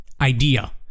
idea